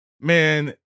man